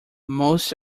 most